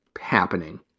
Happening